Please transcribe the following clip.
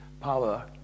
power